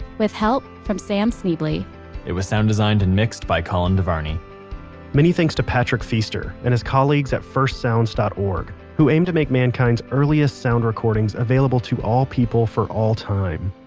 with help from sam schneble. it was sound designed and mixed by colin devarney many thanks to patrick feaster and his colleagues at firstsounds dot org, who aim to make mankind's earliest sound recordings available to all people for all time.